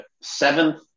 seventh